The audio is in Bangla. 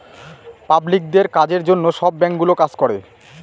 পাবলিকদের কাজের জন্য সব ব্যাঙ্কগুলো কাজ করে